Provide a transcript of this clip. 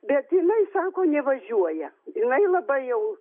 bet jinai sako nevažiuoja jinai labai jau